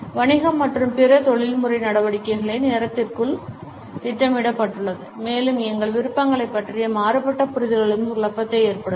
வணிகம் மற்றும் பிற தொழில்முறை நடவடிக்கைகள் நேரத்திற்குள் திட்டமிடப்பட்டுள்ளன மேலும் எங்கள் விருப்பங்களைப் பற்றிய மாறுபட்ட புரிதல்களும் குழப்பத்தை ஏற்படுத்தும்